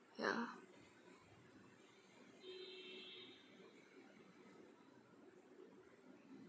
ya